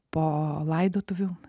po laidotuvių